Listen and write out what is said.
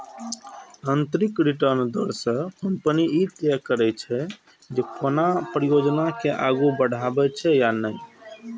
आंतरिक रिटर्न दर सं कंपनी ई तय करै छै, जे कोनो परियोजना के आगू बढ़ेबाक छै या नहि